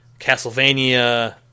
Castlevania